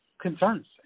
concerns